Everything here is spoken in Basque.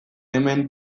hemen